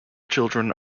children